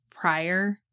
prior